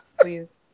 Please